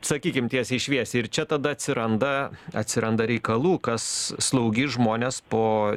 sakykim tiesiai šviesiai ir čia tada atsiranda atsiranda reikalų kas slaugys žmones po